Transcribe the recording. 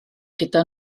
gyda